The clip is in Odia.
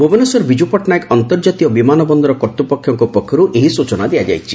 ଭୁବନେଶ୍ୱର ବିଜୁ ପଟ୍ଟନାୟକ ଅନ୍ତର୍କାତୀୟ ବିମାନ ବନ୍ଦର କର୍ଭୃପଷଙ୍କ ପକ୍ଷରୁ ଏହି ସ୍ଚନା ଦିଆଯାଇଛି